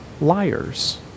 liars